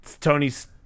Tony's